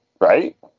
right